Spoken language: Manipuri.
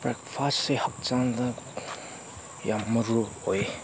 ꯕ꯭ꯔꯦꯛꯐꯥꯁꯁꯦ ꯍꯛꯆꯥꯡꯗ ꯌꯥꯝ ꯃꯔꯨ ꯑꯣꯏ